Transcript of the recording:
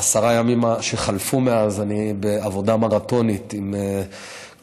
בעשרת הימים שחלפו מאז אני בעבודה מרתונית עם ארגונים,